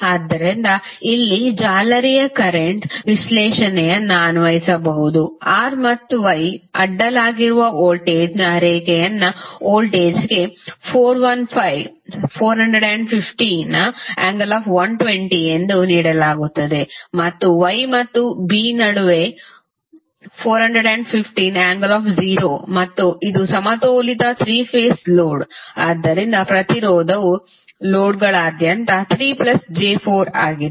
ಆದ್ದರಿಂದ ಇಲ್ಲಿ ಜಾಲರಿಯ ಕರೆಂಟ್ ವಿಶ್ಲೇಷಣೆಯನ್ನು ಅನ್ವಯಿಸಬಹುದುR ಮತ್ತು Y ಅಡ್ಡಲಾಗಿರುವ ವೋಲ್ಟೇಜ್ನ ರೇಖೆಯನ್ನು ವೋಲ್ಟೇಜ್ಗೆ 415∠120 ಎಂದು ನೀಡಲಾಗುತ್ತದೆ ಮತ್ತು Y ಮತ್ತು B ನಡುವೆ 415∠0 ಮತ್ತು ಇದು ಸಮತೋಲಿತ 3 ಫೇಸ್ ಲೋಡ್ ಆದ್ದರಿಂದ ಪ್ರತಿರೋಧವು ಲೋಡ್ಗಳಾದ್ಯಂತ 3 j4 ಆಗಿದೆ